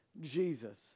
Jesus